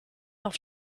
auf